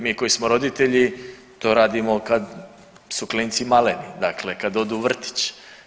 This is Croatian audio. Mi koji smo roditelji to radimo kad su klinci maleni, dakle kad odu u vrtić.